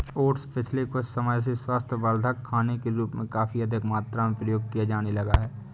oats पिछले कुछ समय से स्वास्थ्यवर्धक खाने के रूप में काफी अधिक मात्रा में प्रयोग किया जाने लगा है